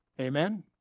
Amen